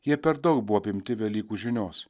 jie per daug buvo apimti velykų žinios